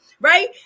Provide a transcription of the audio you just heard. Right